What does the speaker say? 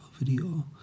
video